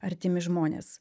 artimi žmonės